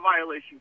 violation